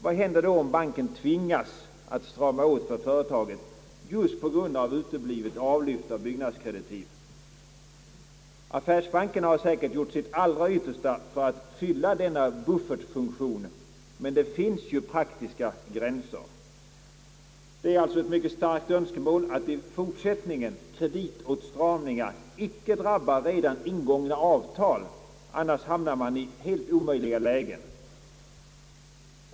Vad händer om banken tvingas strama åt för företaget just på grund av uteblivet avlyft av byggnadskreditivet? Affärsbankerna har säkert gjort sitt allra yttersta för att fylla sin buffertfunktion — men det finns ju praktiska gränser. Det är alltså ett mycket stort önskemål att kreditåtstramningar i fortsättningen inte drabbar redan ingångna avtal; annars uppstår helt omöjliga lägen.